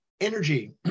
energy